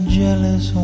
jealous